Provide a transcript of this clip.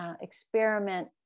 experiment